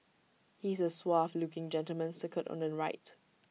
he is the suave looking gentleman circled on the right